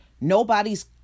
Nobody's